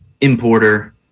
importer